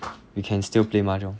we can still play mahjong